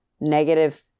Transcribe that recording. negative